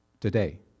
today